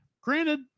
granted